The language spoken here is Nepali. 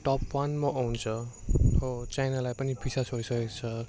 टप वानमा आउँछ हो चाइनालाई पनि पछि छोडिसकेको छ